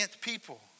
people